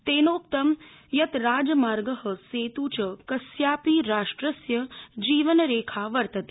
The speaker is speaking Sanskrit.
तेनोक्तं यत् राजमार्ग सेत् च कस्यापि राष्ट्रस्य जीवनरेखा वर्तते